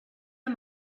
amb